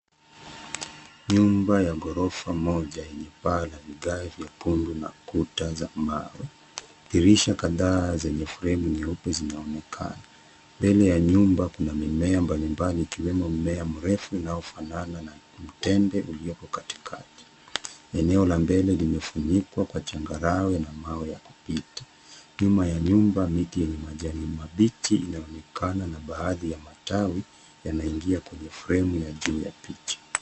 Nyumba ya ghorofa moja yenye paa na vigae vyekundu na kuta za mawe, dirisha kadhaa zenye fremu nyeupe zinaonekana mbele ya nyumba kuna mimea mbalimbali ikiwemo mmea mrefu inayofanana na mtende ulioko katikati, eneo la mbele limefunikwa kwa changarawe na mawe ya kupita ,nyuma ya nyumba miti yenye majani mabichi inaonekana na baadhi ya matawi yana ingia kwenye fremu ya juu.